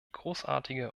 großartige